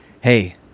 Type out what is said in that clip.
Hey